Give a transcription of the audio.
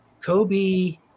Kobe